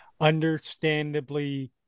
understandably